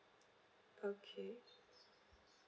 okay